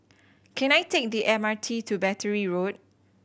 can I take the M R T to Battery Road